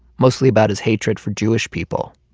mostly about his hatred for jewish people.